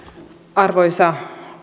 arvoisa